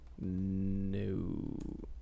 No